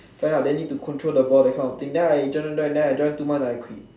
ya ya then need to control the ball that kind of thing then I join join join then I join two months then I quit